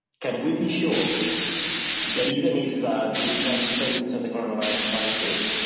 can we be sure that even if these kind phase of the coronavirus crisis,